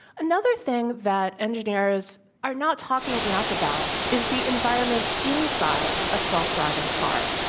another thing that engineers are not talking enough about is the environment inside a self-driving car.